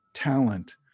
talent